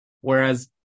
Whereas